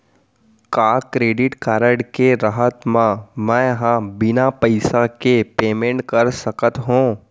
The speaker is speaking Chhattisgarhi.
का क्रेडिट कारड के रहत म, मैं ह बिना पइसा के पेमेंट कर सकत हो?